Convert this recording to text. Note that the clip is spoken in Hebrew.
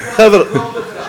תחזור בך.